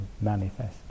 manifest